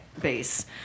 base